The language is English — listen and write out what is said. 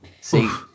See